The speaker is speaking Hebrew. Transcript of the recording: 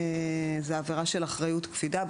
עבירה של אחריות קפידה.